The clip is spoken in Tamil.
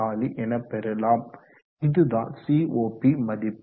44 எனப்பெறலாம் இதுதான் சிஓபி மதிப்பு